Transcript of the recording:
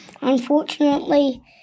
Unfortunately